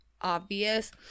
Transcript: obvious